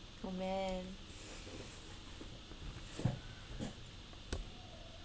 oh man